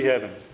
heaven